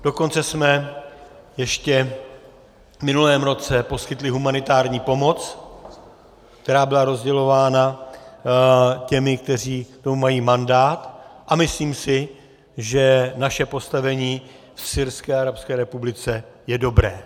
Dokonce jsme ještě v minulém roce poskytli humanitární pomoc, která byla rozdělována těmi, kteří k tomu mají mandát, a myslím si, že naše postavení v Syrské arabské republice je dobré.